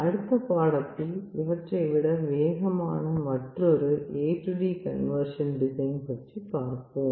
அடுத்த பாடத்தில் இவற்றைவிட வேகமான மற்றொரு AD கன்வர்ஷன் டிசைன் பற்றி பார்ப்போம்